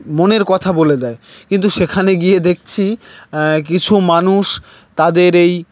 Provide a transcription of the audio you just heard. মনের কথা বলে দেয় কিন্তু সেখানে গিয়ে দেখছি কিছু মানুষ তাদের এই